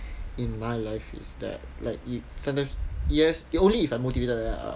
in my life is that like it sometimes yes only if I'm motivated lah